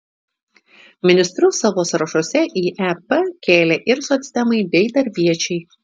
ministrus savo sąrašuose į ep kėlė ir socdemai bei darbiečiai